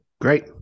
great